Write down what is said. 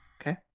Okay